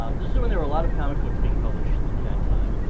this is when there were a lot of comic books being published at that time,